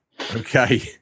Okay